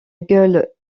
gueule